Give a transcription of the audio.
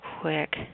quick